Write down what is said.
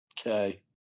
Okay